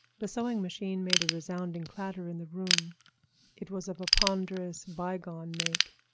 the sewing-machine made a resounding clatter in the room it was of a ponderous, by-gone make.